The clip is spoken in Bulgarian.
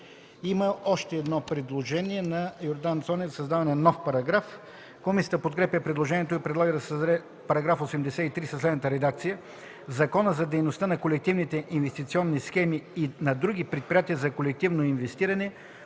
народния представител Йордан Цонев за създаване на нов параграф. Комисията подкрепя предложението и предлага да се създаде § 83 със следната редакция: „§ 83. В Закона за дейността на колективните инвестиционни схеми и на други предприятия за колективно инвестиране